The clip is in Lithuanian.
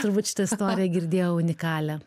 turbūt šitą istoriją girdėjau unikalią